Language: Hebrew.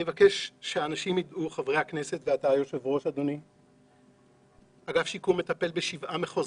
אני מבקש שחברי הכנסת ידעו שאגף שיקום מטפל בשבעה מחוזות,